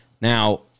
Now